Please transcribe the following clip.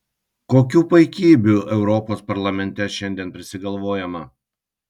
kokių paikybių europos parlamente šiandien prisigalvojama